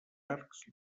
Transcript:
arcs